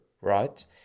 right